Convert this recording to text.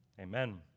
Amen